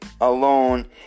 alone